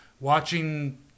watching